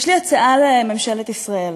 יש לי הצעה לממשלת ישראל: